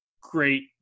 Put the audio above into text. great –